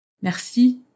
Merci